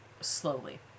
slowly